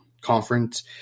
conference